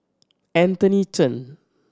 Anthony Chen